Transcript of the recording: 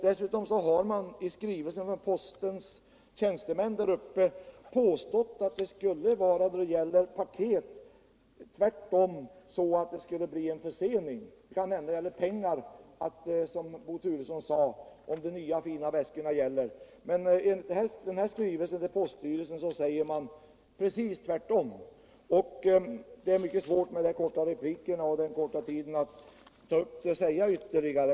Dessutom har posttjänstemännen där uppe i skrivelse påstått att det. då det gäller paket, tvärtom skulle bli en försening. Det kan hända att det som Bo Turesson sade om de här nya fina väskorna håller streck när det gäller pengar. Men 1 skrivelsen till polisstyrelsen säger posttjänstemännen precis tvärtom. Det är. som jag nämnt, mycket svårt att på den här kora repliktiden hinna säga mer.